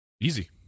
easy